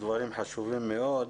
דברים חשובים מאוד.